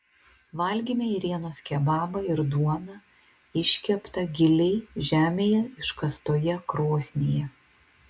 valgėme ėrienos kebabą ir duoną iškeptą giliai žemėje iškastoje krosnyje